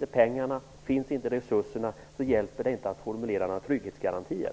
om pengarna och resurserna inte finns så hjälper det inte att formulera några trygghetsgarantier.